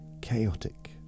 chaotic